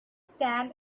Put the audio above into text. stand